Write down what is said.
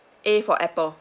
A for apple